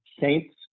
Saints